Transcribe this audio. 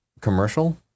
commercial